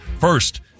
first